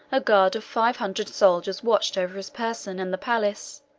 a guard of five hundred soldiers watched over his person and the palace